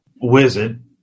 wizard